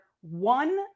one